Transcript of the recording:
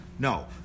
No